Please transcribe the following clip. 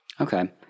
Okay